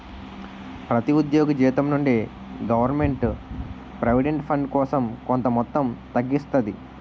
ప్రతి ఉద్యోగి జీతం నుండి గవర్నమెంట్ ప్రావిడెంట్ ఫండ్ కోసం కొంత మొత్తం తగ్గిస్తాది